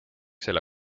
selle